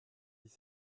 dix